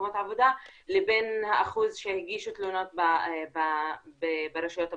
במקומות עבודה לבין האחוז שהגישו תלונות ברשויות המקומיות.